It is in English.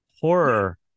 Horror